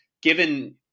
given